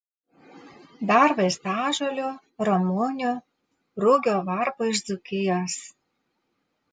dar vaistažolių ramunių rugio varpų iš dzūkijos